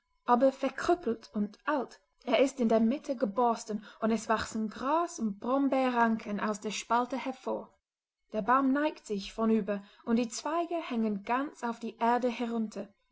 aber verkrüppelt und alt er ist in der mitte geborsten und es wachsen gras und brombeerranken aus der spalte hervor der baum neigt sich vorn über und die zweige hängen ganz auf die erde hinunter